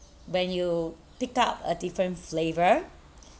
when you pick up a different flavour